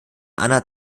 anna